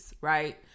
right